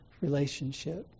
relationship